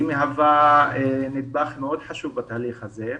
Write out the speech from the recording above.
היא מהווה נדבך מאוד חשוב בתהליך הזה.